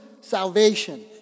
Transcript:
salvation